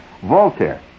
Voltaire